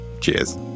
cheers